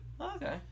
Okay